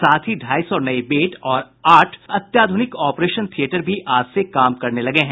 साथ ही ढाई सौ नये बेड और आठ अत्याध्रनिक ऑपरेशन थियेटर भी आज से काम करने लगे हैं